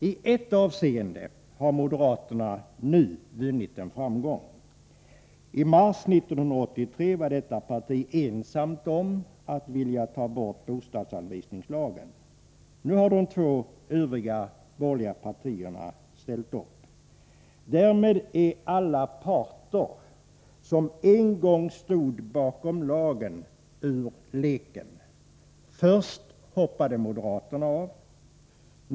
I ett avseende har moderaterna nu vunnit en framgång. I mars 1983 var detta parti ensamt om att vilja ta bort bostadsanvisningslagen. Nu har de två övriga borgerliga partierna ställt upp. Därmed är alla parter som en gång stod bakom lagen ur leken. Först hoppade moderaterna av.